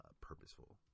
purposeful